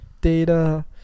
data